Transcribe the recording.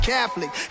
Catholic